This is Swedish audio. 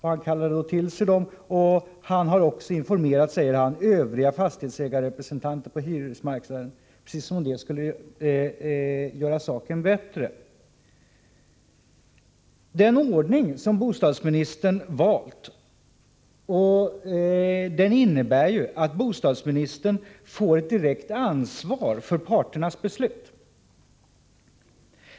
Han kallade då till sig Måndagen den dem, och han har också, säger han, informerat övriga fastighetsägarrepre 19 november 1984 sentanter på hyresmarknaden -— precis som om detta skulle göra saken bättre. Den ordning som bostadsministern valt innebär att bostadsministern får ett direkt ansvar för parternas beslut.